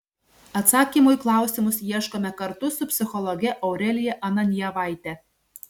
atsakymų į klausimus ieškome kartu su psichologe aurelija ananjevaite